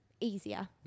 easier